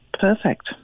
perfect